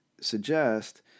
suggest